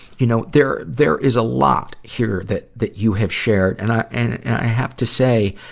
you know, there, there is a lot here that, that you have shared. and i, i have to say,